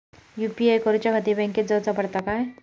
UPI करूच्याखाती बँकेत जाऊचा पडता काय?